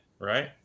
right